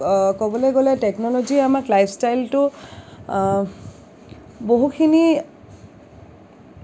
ক'বলৈ গ'লে টেকন'ল'জীয়ে আমাক লাইফষ্টাইলটো বহুখিনি